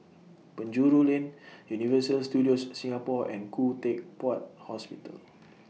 Penjuru Lane Universal Studios Singapore and Khoo Teck Puat Hospital